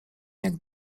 jak